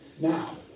Now